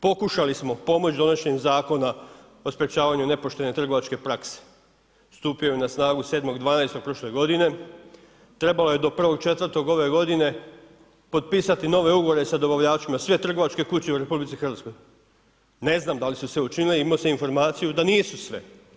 Pokušali smo pomoć donošenjem zakona o sprečavanju nepoštene trgovačke prakse, stupio je na snagu 7.12. prošle godine, trebalo je do 1.4. ove godine potpisati nove ugovore sa dobavljačima, sve trgovačke kuće u RH, ne znam da li su sve učinili, imao smo informaciju da nisu sve.